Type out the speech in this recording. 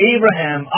Abraham